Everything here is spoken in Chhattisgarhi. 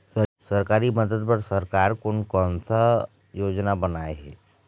सरकारी मदद बर सरकार कोन कौन सा योजना बनाए हे?